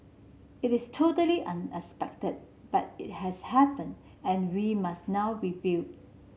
it is totally unexpected but it has happened and we must now rebuild